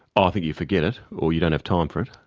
ah think you forget it. or you don't have time for it,